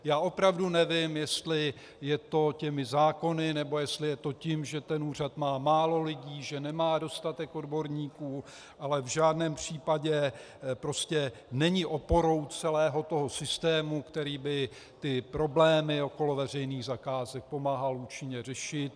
Já opravdu nevím, jestli je to těmi zákony, nebo jestli je to tím, že ten úřad má málo lidí, že nemá dostatek odborníků, ale v žádném případě prostě není oporou systému, který by problémy okolo veřejných zakázek pomáhal účinně řešit.